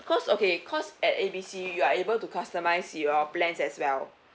cause okay cause at A B C you are able to customise your plans as well